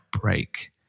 break